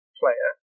player